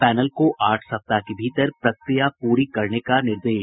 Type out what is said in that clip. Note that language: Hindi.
पैनल को आठ सप्ताह के भीतर प्रक्रिया प्ररी करने का निर्देश